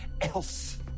else